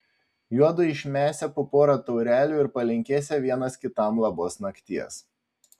juodu išmesią po porą taurelių ir palinkėsią vienas kitam labos nakties